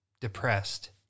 depressed